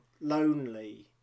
lonely